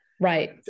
Right